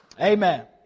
Amen